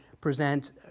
present